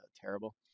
terrible